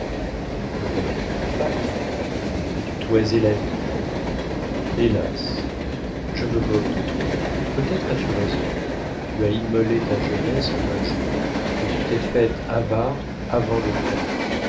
vertu de femme as-tu toisé la vie hélas je me moque de toi peut-être as-tu raison tu as immolé ta jeunesse en un jour et tu t'es faite avare avant le temps